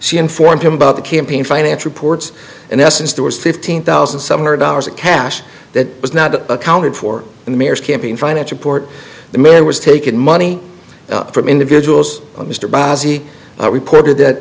she informed him about the campaign finance reports in essence there was fifteen thousand seven hundred dollars of cash that was not a counted for the mayor's campaign finance report the mayor was taking money from individuals mr basi reported that